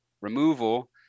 removal